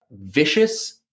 vicious